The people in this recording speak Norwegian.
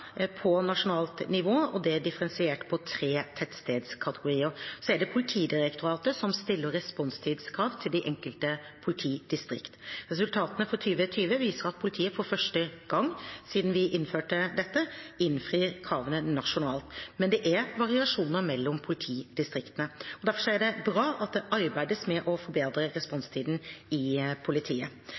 til de enkelte politidistrikt. Resultatene for 2020 viser at politiet for første gang siden vi innførte dette, innfrir kravene nasjonalt, men det er variasjoner mellom politidistriktene. Derfor er det bra at det arbeides med å forbedre responstiden i politiet.